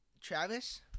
Travis